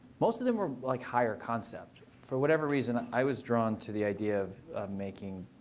most of them were like higher concept. for whatever reason, i was drawn to the idea of making